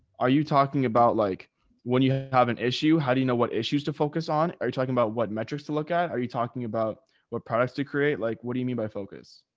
are you talking about like when you have an issue, how do you know what issues to focus on? are you talking about what metrics to look at? are you talking about what products to create? like what do you mean by focus?